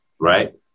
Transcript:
right